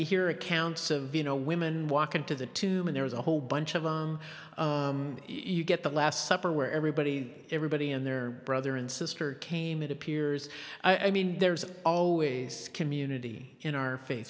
here accounts of you know women walk into the two men there is a whole bunch of them you get the last supper where everybody everybody and their brother and sister came it appears i mean there's always community in our faith